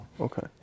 Okay